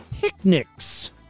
picnics